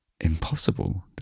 impossible